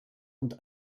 und